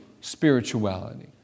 spirituality